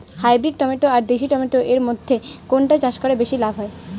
Hybrid tomato আর দেশি tomato এর মইধ্যে কোনটা চাষ করা বেশি লাভ হয়?